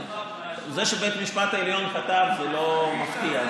זה שבית משפט העליון חטף זה לא מפתיע,